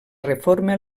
reforma